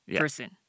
person